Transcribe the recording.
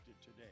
today